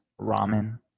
ramen